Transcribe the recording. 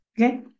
Okay